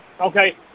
Okay